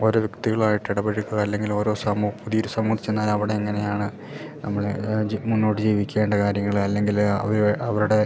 ഓരോ വ്യക്തികളായിട്ടിടപഴകുക അല്ലെങ്കിലോരോ സമൂ പുതിയൊരു സമൂഹത്ത് ചെന്നാലവിടെയെങ്ങനെയാണ് നമ്മൾ ജി മുന്നോട്ട് ജീവിക്കേണ്ട കാര്യങ്ങൾ അല്ലെങ്കിൽ അവർ അവരുടെ